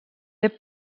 des